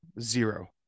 zero